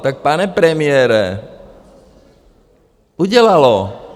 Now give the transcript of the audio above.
Tak pane premiére, udělalo.